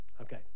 Okay